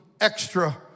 extra